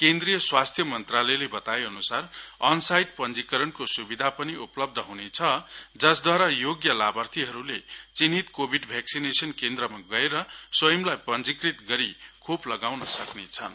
केन्द्रिय स्वास्थ्य मन्त्रालयले बताए अनुसार अन साईट पन्जीकरणको सुविधा पनि उपलब्ध हुनेछ जसद्वारा योग्य लाभार्थीले चिन्हित कोभिड भेक्सिनेसन केन्द्रमा गएर स्वयंले पञ्जीकृत गरि खोप लगाउने सक्नेछन्